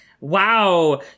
Wow